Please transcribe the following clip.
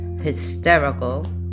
hysterical